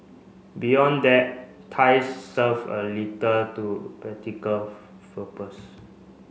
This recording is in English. beyond that ties serve a little to practical purpose